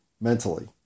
mentally